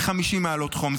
ב-50 מעלות חום.